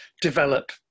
develop